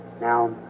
Now